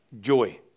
joy